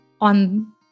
on